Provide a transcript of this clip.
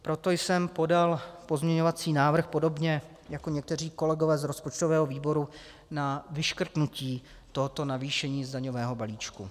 Proto jsem podal pozměňovací návrh podobně jako někteří kolegové z rozpočtového výboru na vyškrtnutí tohoto navýšení z daňového balíčku.